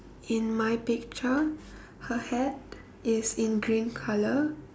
in my picture her hat is in green colour